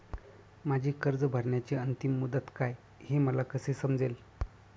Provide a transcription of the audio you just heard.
माझी कर्ज भरण्याची अंतिम मुदत काय, हे मला कसे समजेल?